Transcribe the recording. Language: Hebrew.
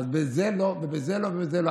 אז בזה לא ובזה לא ובזה לא,